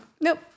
nope